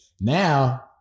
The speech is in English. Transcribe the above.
now